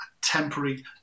temporary